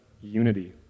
unity